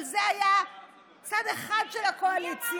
אבל זה היה צד אחד של הקואליציה.